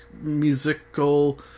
musical